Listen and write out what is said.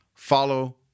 Follow